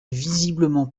visiblement